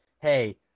hey